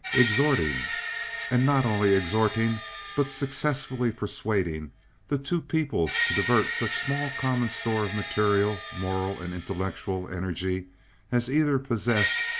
exhorting and not only exhorting but successfully persuading the two peoples to divert such small common store of material, moral and intellectual energy as either possessed,